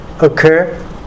occur